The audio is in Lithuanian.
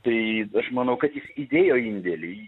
tai aš manau kad jis įdėjo indėlį